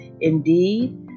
Indeed